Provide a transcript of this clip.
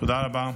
תודה רבה.